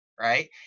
Right